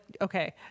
okay